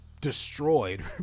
destroyed